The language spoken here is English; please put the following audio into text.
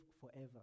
forever